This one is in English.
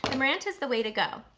the maranta's the way to go.